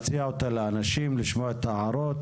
כלומר, להציע אותה לאנשים, לשמוע את ההערות,